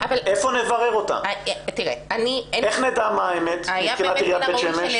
איך נדע מה האמת מבחינת עיריית בית שמש?